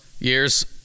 years